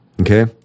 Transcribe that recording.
okay